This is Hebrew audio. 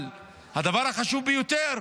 אבל הדבר החשוב ביותר: